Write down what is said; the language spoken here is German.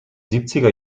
siebziger